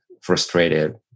frustrated